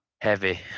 heavy